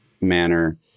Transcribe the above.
manner